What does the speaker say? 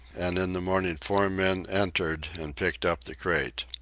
and in the morning four men entered and picked up the crate.